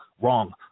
wrong